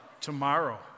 tomorrow